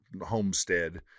homestead